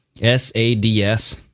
S-A-D-S